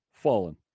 fallen